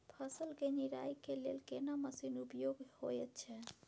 फसल के निराई के लेल केना मसीन उपयुक्त होयत छै?